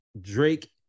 Drake